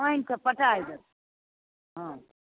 पानिके पटाय देत हँ